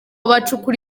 bacukura